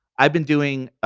i've been doing,